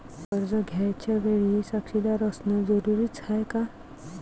कर्ज घ्यायच्या वेळेले साक्षीदार असनं जरुरीच हाय का?